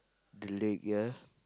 the leg ya